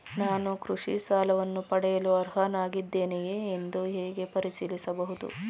ನಾನು ಕೃಷಿ ಸಾಲವನ್ನು ಪಡೆಯಲು ಅರ್ಹನಾಗಿದ್ದೇನೆಯೇ ಎಂದು ಹೇಗೆ ಪರಿಶೀಲಿಸಬಹುದು?